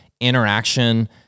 interaction